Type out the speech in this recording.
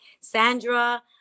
Sandra